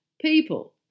people